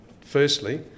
Firstly